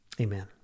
Amen